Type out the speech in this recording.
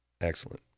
excellent